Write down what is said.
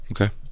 Okay